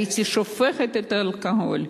הייתי שופכת את האלכוהול.